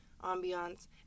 ambiance